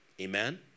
Amen